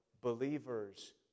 believers